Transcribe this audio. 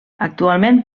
actualment